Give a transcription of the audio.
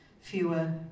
fewer